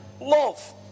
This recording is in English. Love